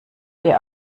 ihr